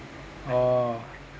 orh